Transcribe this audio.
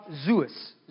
Zeus